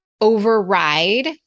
override